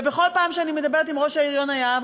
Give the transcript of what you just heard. ובכל פעם שאני מדברת עם ראש העיר יונה יהב,